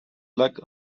luck